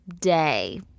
Day